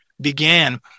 began